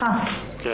ברוט.